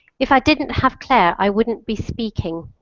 if i didn't have claire, i wouldn't be speaking.